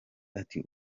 ati